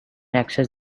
access